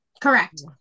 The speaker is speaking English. Correct